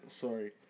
Sorry